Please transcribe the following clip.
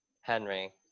Henry